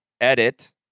Edit